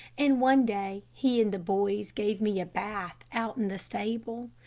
and one day, he and the boys gave me a bath out in the stable.